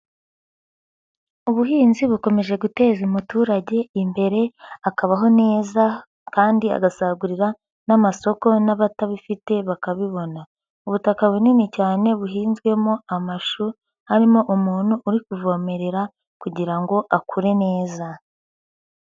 Ubuhinzi bukomeje guteza umuturage imbere akabaho neza kandi agasagurira n'amasoko n'abatabifite bakabibona. Ubutaka bunini cyane buhinzwemo amashu harimo umuntu uri kuvomerera kugira ngo akure neza.